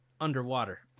Underwater